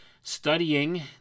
studying